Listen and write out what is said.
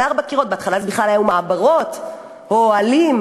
בהתחלה אלה היו בכלל מעברות או אוהלים,